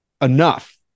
enough